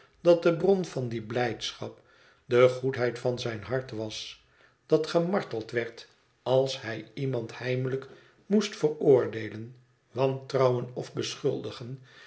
dat de bron van die blijdschap de goedheid van zijn hart was dat gemarteld werd als hij iemand heimelijk moest veroordeelen wantrouwen of beschuldigen